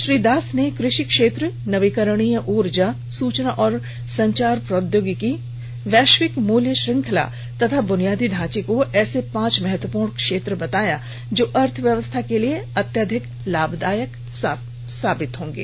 श्री दास ने कृषि क्षेत्र नयीकरणीय ऊर्जा सुचना और संचार प्रौद्योगिकी वैश्विक मुल्य श्रखंला तथा बुनियादी ढांचे को ऐसे पांच महत्वपूर्ण क्षेत्र बताया जो अर्थव्यवस्था के लिए अत्याधिक लाभदायक साबित होंगे